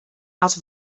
out